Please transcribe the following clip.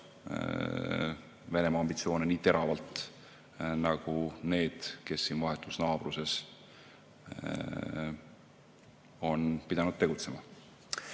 Venemaa ambitsioone nii teravalt nagu need, kes tema vahetus naabruses on pidanud tegutsema.